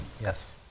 Yes